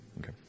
okay